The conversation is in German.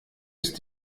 ist